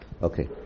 Okay